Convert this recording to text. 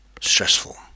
stressful